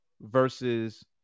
versus